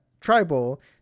tribal